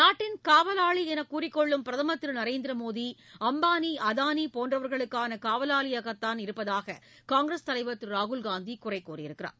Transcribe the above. நாட்டின் காவலாளி என்று கூறிக் கொள்ளும் பிரதமர் திரு நரேந்திர மோடி அம்பானி அதானி போன்றவர்களுக்குதான் காவலாளியாக இருப்பதாக காங்கிரஸ் தலைவர் திரு ராகுல் காந்தி குறை கூறியிருக்கிறார்